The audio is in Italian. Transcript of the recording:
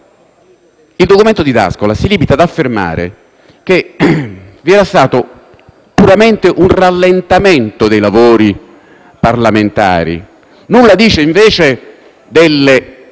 il documento di D'Ascola? Esso si limita ad affermare che vi era stato puramente un rallentamento dei lavori parlamentari; nulla dice invece delle